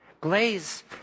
Glaze